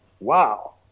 Wow